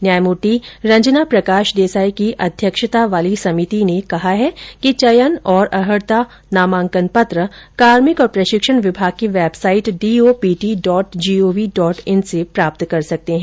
न्यायमूर्ति रंजना प्रकाश देसाई की अध्यक्षता वाली समिति ने कहा है कि चयन और अर्हता नामांकन पत्र कार्मिक और प्रशिक्षण विभाग की website D O P T dot G O V dot in से प्राप्त कर सकते हैं